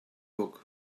book